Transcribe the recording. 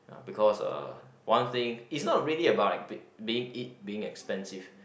uh because uh one thing it's not really about being it being expensive